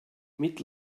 mit